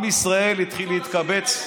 עם ישראל התחיל להתקבץ,